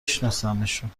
شناسمشون